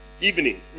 evening